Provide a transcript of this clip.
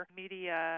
media